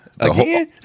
Again